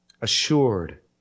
assured